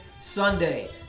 Sunday